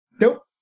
Nope